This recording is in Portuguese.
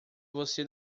você